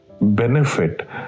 benefit